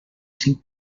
cinc